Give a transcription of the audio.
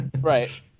Right